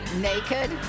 naked